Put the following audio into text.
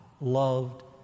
loved